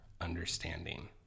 understanding